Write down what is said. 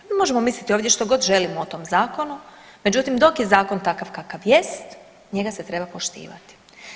Mi možemo misliti ovdje što god želimo o tom Zakonu, međutim dok je Zakon takav kakav jest, njega se treba poštivati.